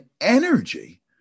energy